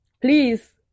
please